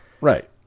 Right